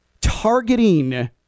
Targeting